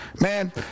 Man